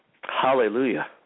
Hallelujah